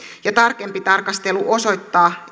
ja tarkempi tarkastelu osoittaa